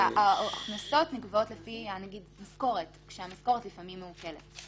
כשההכנסות נקבעות לפי המשכורת וכשהמשכורת לפעמים מעוקלת,